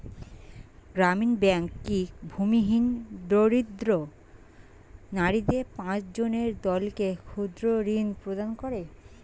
গ্রামীণ ব্যাংক কি ভূমিহীন দরিদ্র নারীদের পাঁচজনের দলকে ক্ষুদ্রঋণ প্রদান করে?